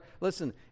Listen